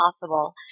possible